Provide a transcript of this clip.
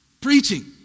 Preaching